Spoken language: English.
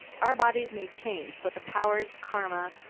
our bodies may change, but the powers, karma,